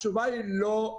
התשובה היא לא.